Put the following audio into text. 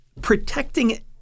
protecting